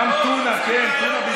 גם טונה, כן, טונה.